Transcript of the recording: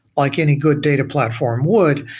like any good data platform would.